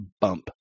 bump